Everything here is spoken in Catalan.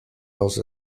dels